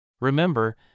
Remember